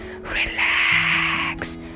relax